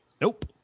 Nope